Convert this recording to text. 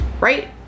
Right